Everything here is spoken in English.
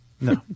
No